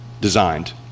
designed